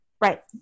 Right